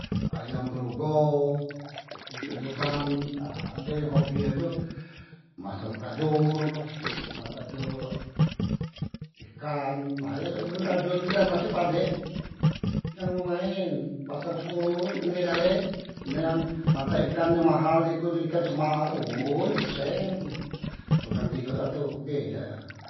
Ayam berugo, nontot di utan, nah ade yang hobi e tu masang telajor, ha telajor ikan nah ye man telajor tu dah nasep padek jangan maen- maen pasang sepoloh tu kene gale, kene an mantak ikan yang mahal di kudu ikan sema tu oyy be sen tu kanti ku kak tu oke ha a.